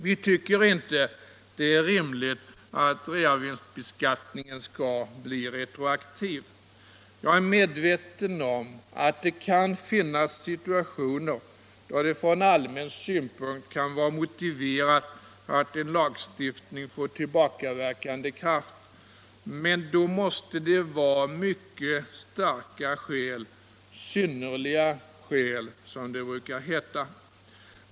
Vi tycker inte att det är rimligt att reavinstbeskattningen skall bli retroaktiv. Jag är medveten om att det kan finnas situationer då det från allmän synpunkt kan vara motiverat att en lagstiftning får tillbakaverkande kraft, men då måste det finnas mycket starka skäl — synnerliga skäl, som det brukar heta.